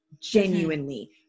genuinely